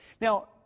Now